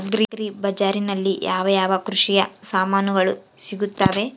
Agri ಬಜಾರಿನಲ್ಲಿ ಯಾವ ಯಾವ ಕೃಷಿಯ ಸಾಮಾನುಗಳು ಸಿಗುತ್ತವೆ?